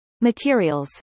Materials